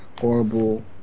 Horrible